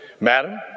Madam